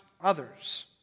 others